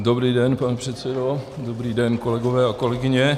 Dobrý den, pane předsedo, dobrý den, kolegové a kolegyně.